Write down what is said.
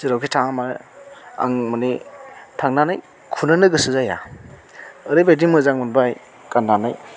जेरावखि थाङा मानो आं मानि थांनानै खुनोनो गोसो जाया ओरैबायदि मोजां मोनबाय गान्नानै